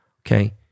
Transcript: okay